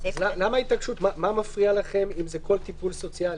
-- מה מפריע לכם אם זה כל טיפול סוציאלי?